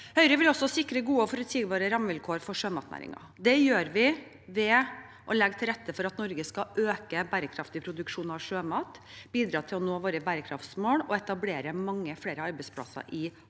Høyre vil også sikre gode og forutsigbare rammevilkår for sjømatnæringen. Det gjør vi ved å legge til rette for at Norge skal øke bærekraftig produksjon av sjømat, bidra til å nå våre bærekraftsmål og etablere mange flere arbeidsplasser i